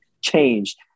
changed